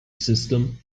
system